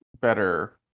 better